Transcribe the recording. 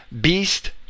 beast